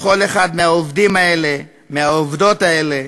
לכל אחד מהעובדים האלה, מהעובדות האלה,